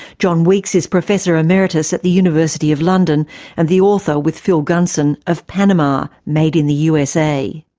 john weeks is professor emeritus at the university of london and the author, with phil gunson, of panama made in the usa.